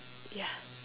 ya